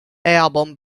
album